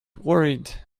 worried